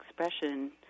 expression